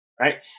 right